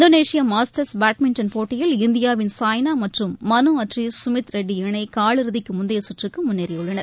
Indonesia Masters badminton போட்டியில் இந்தியாவின் சாய்னா மற்றும் மனு அட்ரி சுமித் ரெட்டி இணை காலிறுதிக்கு முந்தைய சுற்றுக்கு முன்னேறியுள்ளனர்